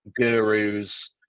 gurus